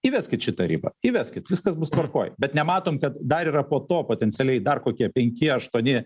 įveskit šitą ribą įveskit viskas bus tvarkoj bet nematom kad dar yra po to potencialiai dar kokie penki aštuoni